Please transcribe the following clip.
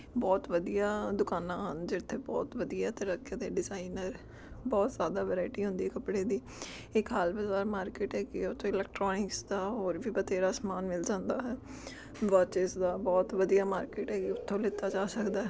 ਬਹੁਤ ਵਧੀਆ ਦੁਕਾਨਾਂ ਹਨ ਜਿੱਥੇ ਬਹੁਤ ਵਧੀਆ ਅਤੇ ਅਤੇ ਡਿਜ਼ਾਇਨਰ ਬਹੁਤ ਜ਼ਿਆਦਾ ਵਰਾਇਟੀ ਹੁੰਦੀ ਕੱਪੜੇ ਦੀ ਇਹ ਖਾਲ ਬਜ਼ਾਰ ਮਾਰਕੀਟ ਹੈਗੀ ਉੱਥੇ ਇਲੈਕਟ੍ਰੋਨਿਕਸ ਦਾ ਹੋਰ ਵੀ ਬਥੇਰਾ ਸਮਾਨ ਮਿਲ ਜਾਂਦਾ ਹੈ ਵੋਚਿਸ ਦਾ ਬਹੁਤ ਵਧੀਆ ਮਾਰਕੀਟ ਹੈਗੀ ਉੱਥੋਂ ਲੀਤਾ ਜਾ ਸਕਦਾ